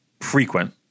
Frequent